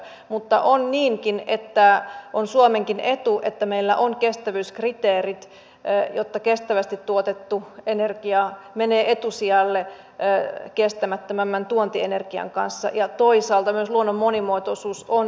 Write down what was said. mutta on niinkin että on suomenkin etu että meillä on kestävyyskriteerit jotta kestävästi tuotettu energia menee etusijalle kestämättömämpään tuontienergiaan nähden ja toisaalta myös luonnon monimuotoisuus on arvo